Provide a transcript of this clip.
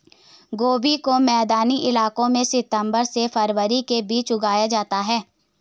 गोभी को मैदानी इलाकों में सितम्बर से फरवरी के बीच उगाया जाता है